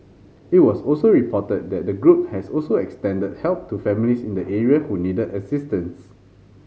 it was also reported that the group has also extended help to families in the area who needed assistance